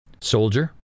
Soldier